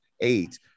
eight